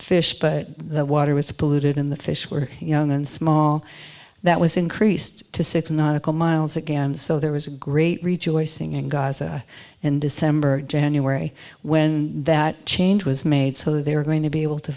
fish but the water was polluted in the fish were young and small that was increased to six nautical miles again so there was a great rejoicing in gaza in december january when that change was made so they are going to be able to